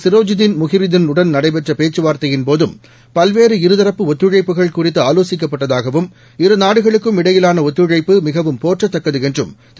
Sirojiddin Muhriddin னுடன் இதேபோன்றட நடைபெற்ற பேச்சுவார்த்தையின்போதம் பல்வேறு இருதரப்பு ஒத்துழைப்புகள் குறித்து ஆலோசிக்கப்பட்டதாகவும் இருநாடுகளுக்கும் இடையிலாள ஒத்துழைப்பு மிகவும் போற்றத்தக்கது என்றும் திரு